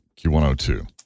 Q102